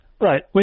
Right